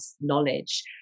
knowledge